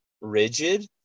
rigid